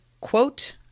quote